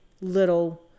little